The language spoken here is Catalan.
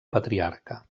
patriarca